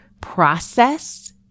process